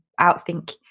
outthink